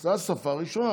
אז זאת השפה הראשונה.